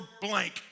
blank